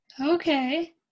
Okay